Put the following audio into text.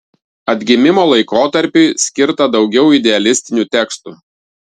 atgimimo laikotarpiui skirta daugiau idealistinių tekstų